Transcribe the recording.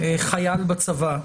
חייל בצבא,